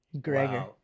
Gregor